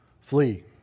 Flee